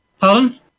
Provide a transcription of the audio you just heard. Pardon